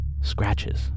scratches